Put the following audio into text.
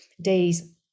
days